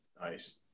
Nice